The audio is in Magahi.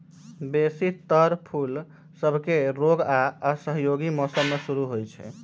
बेशी तर फूल सभके रोग आऽ असहयोगी मौसम में शुरू होइ छइ